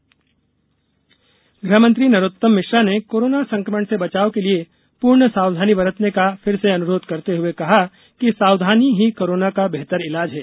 गुहमंत्री गृहमंत्री नरोत्तम मिश्रा ने कोरोना संक्रमण से बचाव के लिए पूर्ण सावधानी बरतने का फिर से अनुरोध करते हुए कहा कि सावधानी ही कोरोना का बेहतर इलाज है